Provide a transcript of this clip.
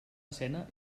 escena